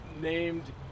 named